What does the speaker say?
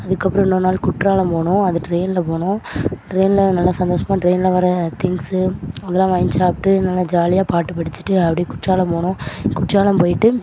அதுக்கப்புறம் இன்னொரு நாள் குற்றாலம் போனோம் அது ட்ரெயினில் போனோம் ட்ரெயினில் நல்லா சந்தோஸமாக ட்ரெயினில் வர திங்ஸ்ஸு அதெலாம் வாங்கி சாப்பிட்டு நல்லா ஜாலியாக பாட்டு படிச்சிட்டு அப்டேயே குற்றாலம் போனோம் குற்றாலம் போய்ட்டு